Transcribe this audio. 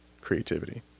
creativity